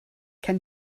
kann